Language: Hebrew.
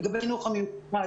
לגבי החינוך המיוחד,